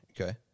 okay